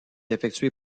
effectuée